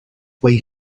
boy